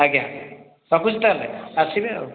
ଆଜ୍ଞା ରଖୁଛି ତାହେଲେ ଆସିବେ ଆଉ